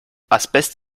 asbest